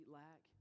lack